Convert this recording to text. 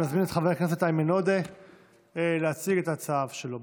אני מזמין את חבר הכנסת איימן עודה להציג את ההצעה שלו,